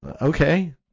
okay